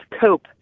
cope